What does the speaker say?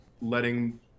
letting